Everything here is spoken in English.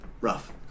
Rough